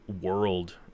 world